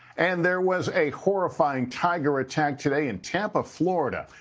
and there was a horrifying tiger attack today in tampa, florida.